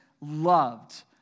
loved